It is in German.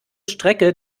strecke